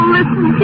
listen